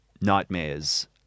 nightmares